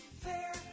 fair